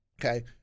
okay